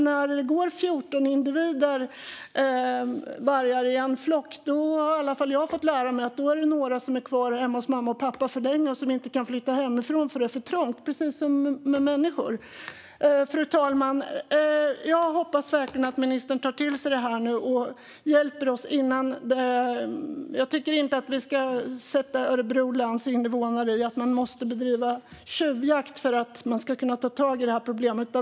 När det går 14 vargindivider i en flock har i alla fall jag fått lära mig att det är några som är kvar hemma hos mamma och pappa. De har inte kunnat flytta hemifrån, för det är för trångt. Det är precis som med människor. Fru talman! Jag hoppas verkligen att ministern tar till sig detta och hjälper oss. Jag tycker inte att vi ska sätta Örebro läns invånare i en situation där de måste bedriva tjuvjakt för att kunna ta tag i problemet.